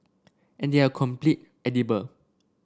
and they are complete edible